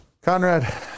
Conrad